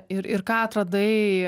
ir ir ką atradai